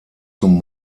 zum